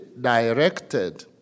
directed